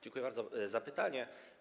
Dziękuję bardzo za pytanie.